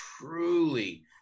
truly